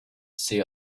see